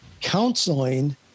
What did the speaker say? Counseling